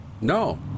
No